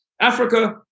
Africa